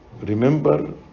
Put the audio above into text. remember